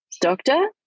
doctor